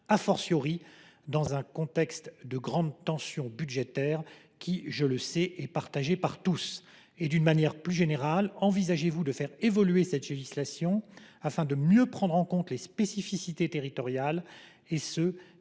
triennale, dans un contexte de grande tension budgétaire, qui nous concerne tous ? D’une manière plus générale, envisagez vous de faire évoluer cette législation afin de mieux prendre en compte les spécificités territoriales, et ce